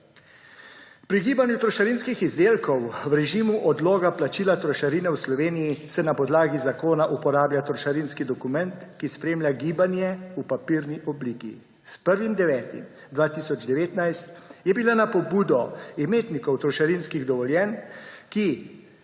Pri gibanju trošarinskih izdelkov v režimu odloga plačila trošarine v Sloveniji se na podlagi zakona uporablja trošarinski dokument, ki spremlja gibanje v papirni obliki. S 1. 9. 2019 je bila na pobudo imetnikov trošarinskih dovoljenj, ki